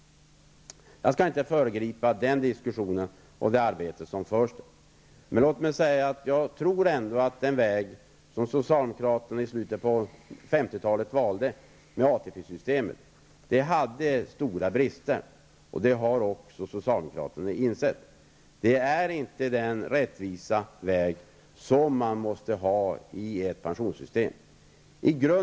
Jag skall inte föregripa den diskussionen och det arbete som görs där. Jag tror ändå att den väg som socialdemokraterna valde i slutet på 50 talet med ATP-systemet hade stora brister. Det har också socialdemokraterna insett. Det är inte den rättvisa väg som man måste ha i ett pensionssystem.